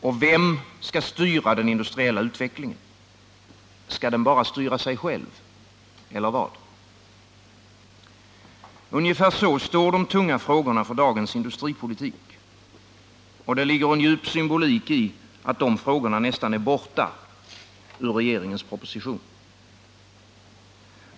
Och vem skall styra den industriella utvecklingen — skall den bara styra sig själv, eller vad? Ungefär så står de tunga frågorna för dagens industripolitik. Och det ligger en djup symbolik i att de frågorna nästan är borta ur regeringens proposition.